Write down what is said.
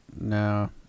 No